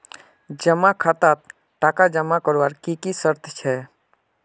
जमा खातात टका जमा करवार की की शर्त छे?